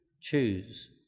choose